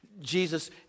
Jesus